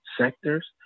sectors